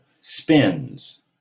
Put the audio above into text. spins